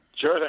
Sure